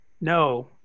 no